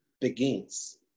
begins